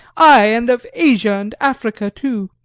ay, and of asia and africa too,